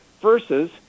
versus